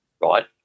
right